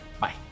Bye